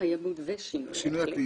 קיימות ושינוי אקלים.